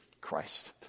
Christ